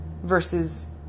versus